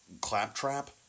Claptrap